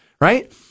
right